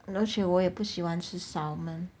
而且我也不喜欢吃 salmon